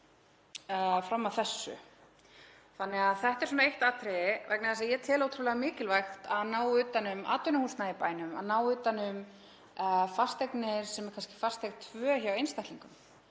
Þannig að þetta er eitt atriði, vegna þess að ég tel ótrúlega mikilvægt að ná utan um atvinnuhúsnæði í bænum, að ná utan um fasteignir sem eru kannski fasteign tvö hjá einstaklingum